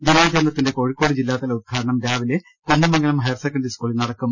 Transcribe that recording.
ദിനാചരണത്തിന്റെ കോഴിക്കോട് ജില്ലാതല ഉദ്ഘാടനം രാവിലെ കുന്നമംഗലം ഹയർ സെക്കന്ററി സ്കൂളിൽ നടക്കും